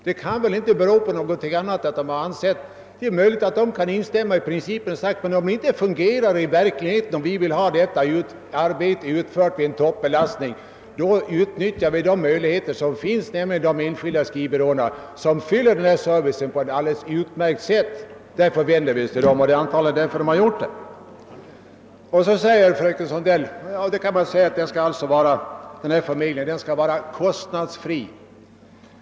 Man kan kanske instämma i den princip som fröken Sandell talade om, men om den inte fungerar i verkligheten och man behöver ha ett arbete utfört vid toppbelastning så utnyttjar man de möjligheter som finns, nämligen de enskilda skrivbyråerna, som ger en alldeles utmärkt service, Förmedlingen skall, sade fröken Sandell, vara kostnadsfri.